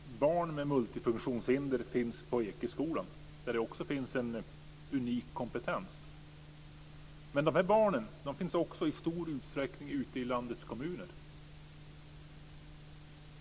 Herr talman! Barn med multifunktionshinder finns på Ekeskolan där det också finns en unik kompetens. Men de här barnen finns också i stor utsträckning ute i landets kommuner.